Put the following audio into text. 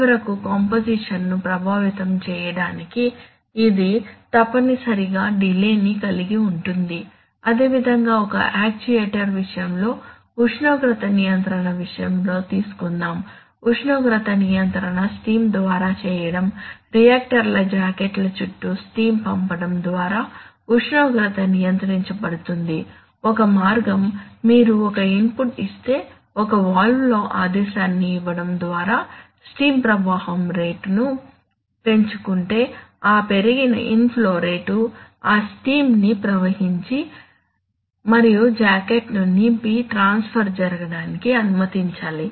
చివరకు కాంపోజిషన్ ను ప్రభావితం చేయడానికి ఇది తప్పనిసరిగా డిలే ని కలిగి ఉంటుంది అదేవిధంగా ఒక యాక్యుయేటర్ విషయంలో ఉష్ణోగ్రత నియంత్రణ విషయంలో తీసుకుందాం ఉష్ణోగ్రత నియంత్రణ స్టీమ్ ద్వారా చేయడం రియాక్టర్ల జాకెట్ల చుట్టూ స్టీమ్ పంపడం ద్వారా ఉష్ణోగ్రత నియంత్రించబడుతుంది ఒక మార్గం మీరు ఒక ఇన్పుట్ ఇస్తే ఒక వాల్వ్లో ఆదేశాన్ని ఇవ్వడం ద్వారా స్టీమ్ ప్రవాహం రేటును పెంచుకుంటే ఆ పెరిగిన ఇన్ఫ్లో రేటు ఆ స్టీమ్ని ప్రవహించి మరియు జాకెట్ ను నింపి ట్రాన్ఫర్ జరగడానికి అనుమతించాలి